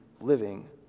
living